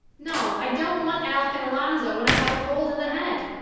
no, i don't want alec and alonzo when i have a cold in the head.